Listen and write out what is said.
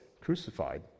Crucified